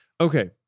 Okay